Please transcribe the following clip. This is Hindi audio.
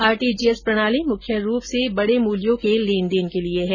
आर टी जी एस प्रणाली मुख्य रूप में बड़े मूल्यों के लेन देन के लिए है